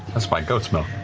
that's my goat's milk,